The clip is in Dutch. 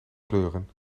kleuren